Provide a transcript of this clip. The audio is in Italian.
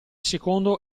secondo